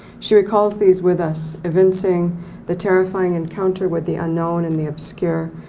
she recalls these with us evincing the terrifying encounter with the unknown and the obscure,